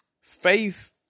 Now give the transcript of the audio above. faith